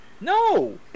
No